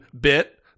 bit